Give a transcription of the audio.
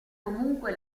comunque